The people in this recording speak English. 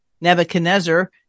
Nebuchadnezzar